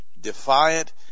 defiant